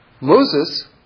Moses